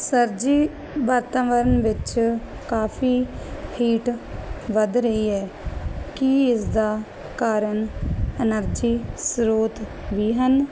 sir ji ਵਾਤਾਵਰਨ ਵਿੱਚ ਕਾਫੀ ਹੀਟ ਵੱਧ ਰਹੀ ਹੈ ਕੀ ਇਸਦਾ ਕਾਰਨ ਐਨਰਜੀ ਸਰੋਤ ਵੀ ਹਨ